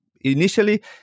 initially